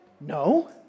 No